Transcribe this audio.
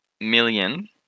million